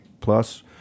plus